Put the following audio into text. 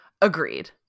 Agreed